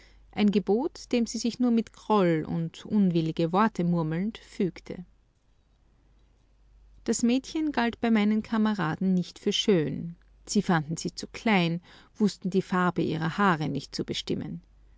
ein gebot dem sie sich nur mit groll und unwillige worte murmelnd fügte das mädchen galt bei meinen kameraden nicht für schön sie fanden sie zu klein wußten die farbe ihrer haare nicht zu bestimmen